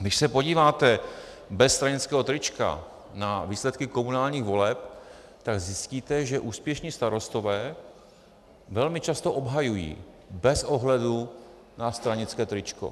Když se podíváte bez stranického trička na výsledky komunálních voleb, tak zjistíte, že úspěšní starostové velmi často obhajují bez ohledu na stranické tričko.